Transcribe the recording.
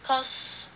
cause